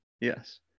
Yes